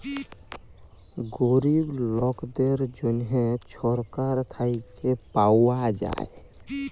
গরিব লকদের জ্যনহে ছরকার থ্যাইকে পাউয়া যায়